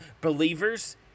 believers